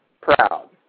proud